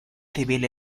civil